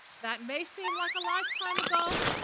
that may seem like a lifetime ago,